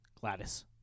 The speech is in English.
Gladys